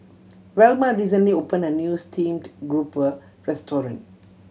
Velma recently opened a new steamed grouper restaurant